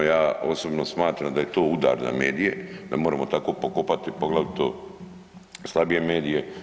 Ja osobno smatram da je to udar na medije da možemo tako pokopati poglavito slabije medije.